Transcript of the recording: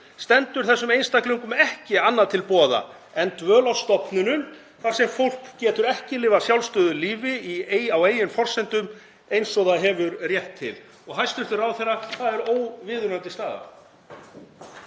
stendur þessum einstaklingum ekki annað til boða en dvöl á stofnunum þar sem fólk getur ekki lifað sjálfstæðu lífi á eigin forsendum eins og það hefur rétt til. Hæstv. ráðherra, það er óviðunandi staða.